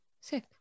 sick